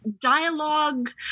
dialogue